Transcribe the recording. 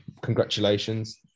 congratulations